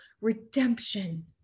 redemption